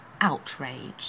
outrage